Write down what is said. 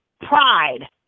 pride